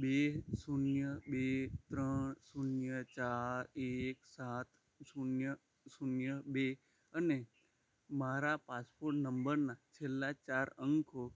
બે શૂન્ય બે ત્રણ શૂન્ય ચાર એક સાત શૂન્ય શૂન્ય બે અને મારા પાસપોટ નંબરના છેલ્લા ચાર અંકો